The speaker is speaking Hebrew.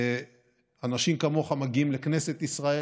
שאנשים כמוך מגיעים לכנסת ישראל,